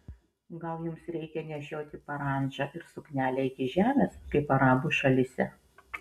gal jums reikia nešioti parandžą ir suknelę iki žemės kaip arabų šalyse